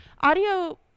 audio